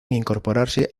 incorporarse